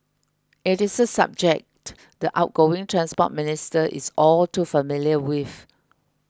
it is a subject the outgoing Transport Minister is all too familiar with